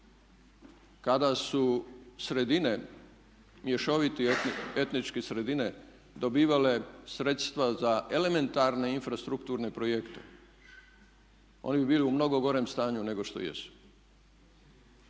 kada su sredine, mješovite etničke sredine dobivale sredstva za elementarne infrastrukturne projekte oni bi bili u mnogo gorem stanju nego što jesu.